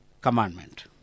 commandment